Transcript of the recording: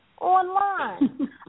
online